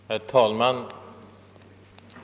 Herr talman!